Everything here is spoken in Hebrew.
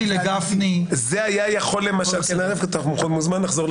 אדם מסתבך בחובות ונמצא במצב שבו מתנהלים כמה תיקי הוצאה לפועל וכו'.